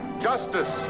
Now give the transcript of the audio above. justice